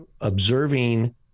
observing